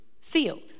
field